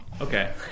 Okay